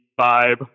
vibe